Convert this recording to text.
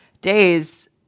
days